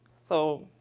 so